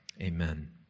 Amen